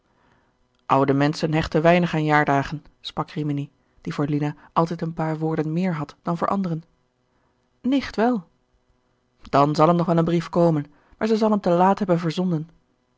oude menschen hechten weinig aan jaardagen sprak ramini die voor lina altijd een paar woorden meer had dan voor anderen nicht wel dan zal er nog wel een brief komen maar zij zal hem te laat hebben verzonden